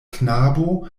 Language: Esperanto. knabo